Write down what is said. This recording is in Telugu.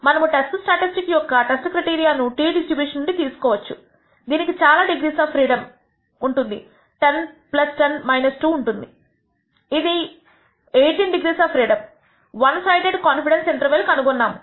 మనము టెస్ట్ స్టాటిస్టిక్స్ యొక్క టెస్ట్ క్రైటీరియా ను t డిస్ట్రిబ్యూషన్ నుండి తీసుకోవచ్చు దీనికి చాలా డిగ్రీస్ ఆఫ్ ఫ్రీడమ్ 1010 2 ఉంటుంది ఇవి 18 degrees of freedom one sided confidence interval కనుగొన్నాము